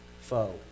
foe